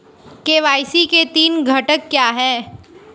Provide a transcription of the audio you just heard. KYC के तीन घटक क्या हैं?